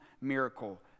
miracle